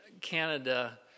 Canada